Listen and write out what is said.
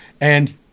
and-